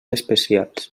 especials